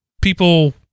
people